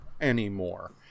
anymore